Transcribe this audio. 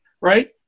right